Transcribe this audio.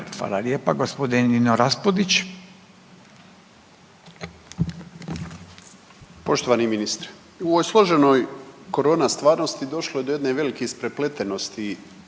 Raspudić. **Raspudić, Nino (Nezavisni)** Poštovani ministre u složenoj korona stvarnosti došlo je do jedne velike isprepletenosti